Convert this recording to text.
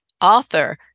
author